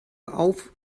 auf